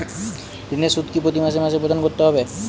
ঋণের সুদ কি প্রতি মাসে মাসে প্রদান করতে হবে?